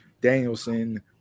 Danielson